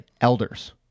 elders